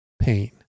pain